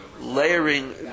layering